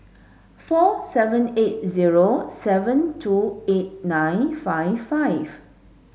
four seven eight zero seven two eight nine five five